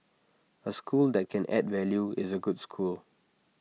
A school that can add value is A good school